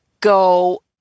go